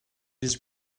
his